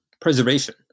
preservation